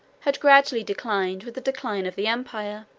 had gradually declined with the decline of the empire.